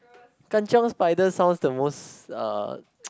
Kan-Chiong spider sounds the most uh